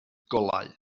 golau